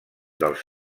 dels